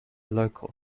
local